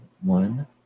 one